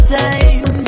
time